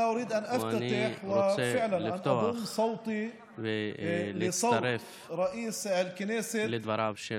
אני רוצה לפתוח ולהצטרף לדבריו של